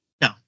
No